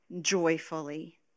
joyfully